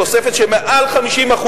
תוספת של מעל 50%,